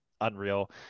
Unreal